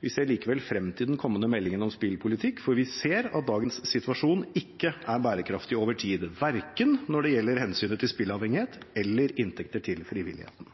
Vi ser likevel frem til den kommende meldingen om spillpolitikk, for vi ser at dagens situasjon ikke er bærekraftig over tid verken når det gjelder hensynet til spilleavhengighet, eller inntekter til frivilligheten.